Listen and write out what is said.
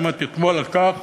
שמעתי אתמול על כך